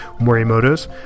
Morimoto's